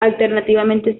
alternativamente